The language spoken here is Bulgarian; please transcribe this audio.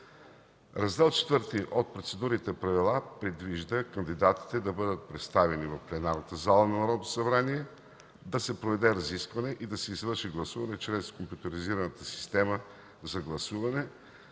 Раздел ІV от Процедурните правила предвижда кандидатите да бъдат представени в пленарната зала на Народното събрание, да се проведе разискване и да се извърши гласуване чрез компютризираната система за гласуване,